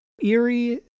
eerie